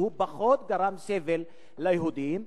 שפחות גרם סבל ליהודים?